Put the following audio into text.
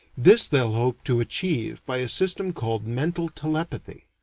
this they'll hope to achieve by a system called mental telepathy.